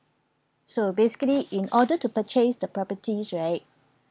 so basically in order to purchase the properties right